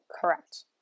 Correct